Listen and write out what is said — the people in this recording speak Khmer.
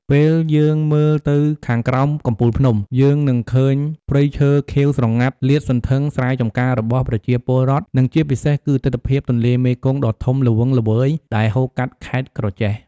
ពេលយើងមើលទៅខាងក្រោមកំពូលភ្នំ យើងនឹងឃើញព្រៃឈើខៀវស្រងាត់លាតសន្ធឹង ស្រែចំការរបស់ប្រជាពលរដ្ឋ និងជាពិសេសគឺ ទិដ្ឋភាពទន្លេមេគង្គដ៏ធំល្វឹងល្វើយ ដែលហូរកាត់ខេត្តក្រចេះ ។